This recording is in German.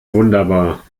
wunderbar